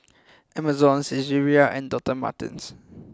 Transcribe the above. Amazon Saizeriya and Doctor Martens